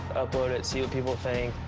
upload it, see what people think,